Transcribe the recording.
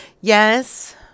Yes